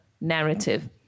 narrative